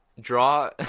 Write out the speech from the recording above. Draw